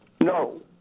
No